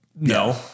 no